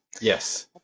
Yes